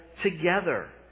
Together